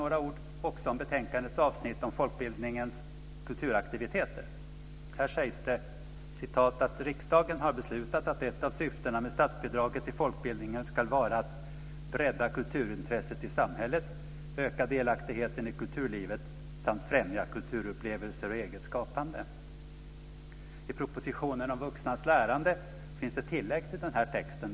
Några ord också om betänkandets avsnitt om folkbildningens kulturaktiviteter. Här sägs att "riksdagen beslutat att ett av syftena med statsbidraget till folkbildningen skall vara att bredda kulturintresset i samhället, öka delaktigheten i kulturlivet samt främja kulturupplevelser och eget skapande." I propositionen om vuxnas lärande finns ett tillägg till den texten.